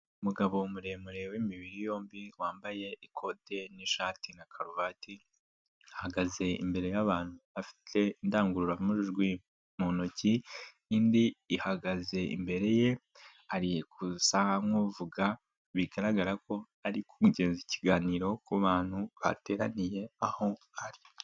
Umugabo muremure w'imibiri yombi wambaye ikote n'ishati na karuvati ahagaze imbere y'abantu, afite indangururamajwi mu ntoki indi ihagaze imbere ye, ari gusa nk'uvuga bigaragara ko ari kugeza ikiganiro ku bantu bateraniye aho ari.